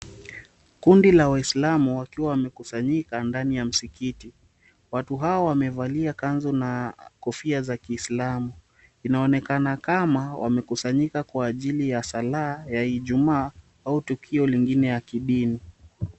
Kundi la waislamu wakiwa wamekusanyika ndani ya msikiti, watu hawa wamevalia kanzu na kofia za kiislamu Inaonekana kama wamekusanyikwa kwa ajili ya sala ya Ijumaa au tukio lingine ya kidini.